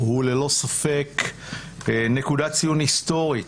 הוא ללא ספק נקודת ציון היסטורית,